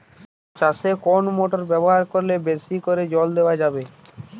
চাষে কোন মোটর ব্যবহার করলে বেশী করে জল দেওয়া যাবে?